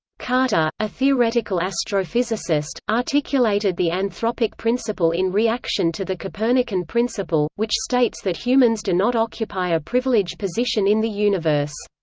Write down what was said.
carter, a theoretical astrophysicist, articulated the anthropic principle in reaction to the copernican principle, which states that humans do not occupy a privileged position in the universe.